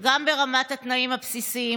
גם את רמת התנאים הבסיסיים,